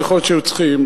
יכול להיות שהיו צריכים.